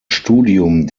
studium